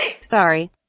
Sorry